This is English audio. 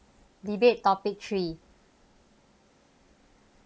debate topic three